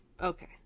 Okay